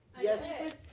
Yes